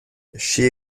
she